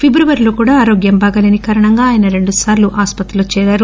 ఫిబ్రవరిలో కూడా ఆరోగ్యం బాగాలేని కారణంగా ఆయన రెండు సార్లు ఆస్పత్రిలో చేరారు